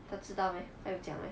他知道 meh 他有讲 meh